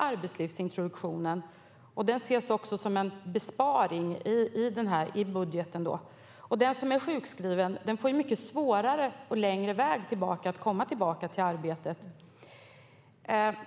Arbetslivsintroduktionen slopas nu och ses som en besparing i budgeten, men den som är sjukskriven får en mycket svårare och längre väg tillbaka till arbetet.